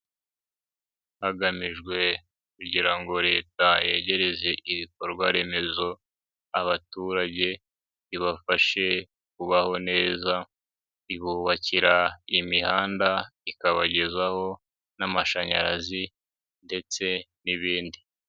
Hagamijwe kugira ngo leta yegereze ibikorwa remezo abaturage, ibafashe kubaho neza ibubakira imihanda ikabagezaho n'amashanyarazi ndetse n'ibindi.